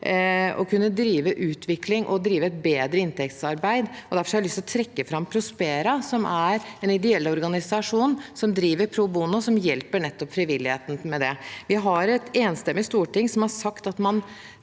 å kunne drive utvikling og et bedre inntektsarbeid. Derfor har jeg lyst til å trekke fram Prospera, som er en ideell organisasjon som driver pro bono, som hjelper frivilligheten med det. Det er et enstemmig storting som har sagt at man